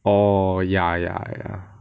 orh ya ya ya